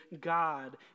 God